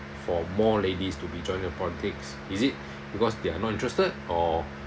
for more ladies to be joining the politics is it because they're not interested or